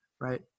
right